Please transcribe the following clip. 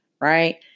right